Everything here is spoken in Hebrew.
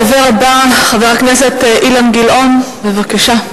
הדובר הבא, חבר הכנסת אילן גילאון, בבקשה.